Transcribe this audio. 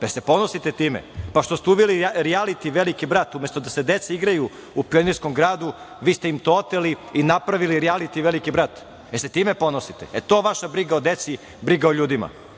Jel se ponosite time? Pa što ste uveli rijaliti „Veliki brat“? Umesto da se deca igraju u Pionirskom gradu, vi ste im to oteli i napravili rijaliti „Veliki brat“. Jel se time ponosite? Jel to vaša briga o deci, briga o ljudima? Vaš